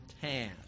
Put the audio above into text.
task